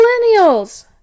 millennials